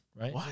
right